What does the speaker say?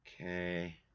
Okay